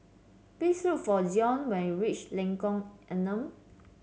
please look for Zion when you reach Lengkong Enam